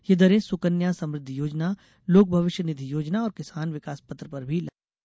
यह दरें सुकन्या समृद्धि योजनालोक भविष्य निधि योजना और किसान विकास पत्र पर भी लागू होंगी